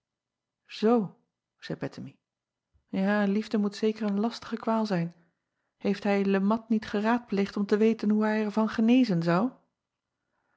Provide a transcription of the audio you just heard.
oo zeî ettemie ja liefde moet zeker een lastige kwaal zijn eeft hij e at niet geraadpleegd om te weten hoe hij er van genezen zou